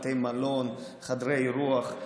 בתי מלון וחדרי אירוח.